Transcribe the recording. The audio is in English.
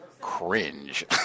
Cringe